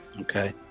Okay